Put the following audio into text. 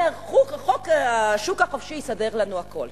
אומר שהשוק החופשי יסדר לנו הכול.